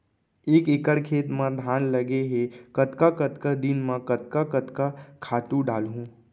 एक एकड़ खेत म धान लगे हे कतका कतका दिन म कतका कतका खातू डालहुँ?